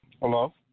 Hello